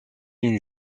une